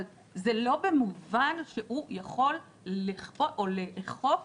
אבל זה לא במובן שהוא יכול לכפות או לאכוף